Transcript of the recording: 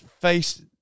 face